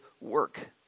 work